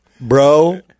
Bro